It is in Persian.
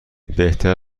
بهتر